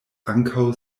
ankaŭ